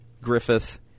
Griffith